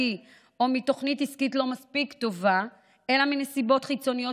או מתוכנית עסקית לא מספיק טובה אלא מנסיבות חיצוניות